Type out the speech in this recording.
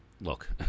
Look